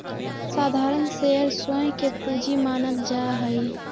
साधारण शेयर स्वयं के पूंजी मानल जा हई